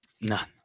None